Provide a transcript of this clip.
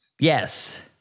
Yes